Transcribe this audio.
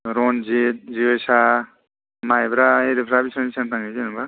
रनजिद जोसा माइब्रा इरिफ्रा बेसेबां बेसेबां थाङो जेन'बा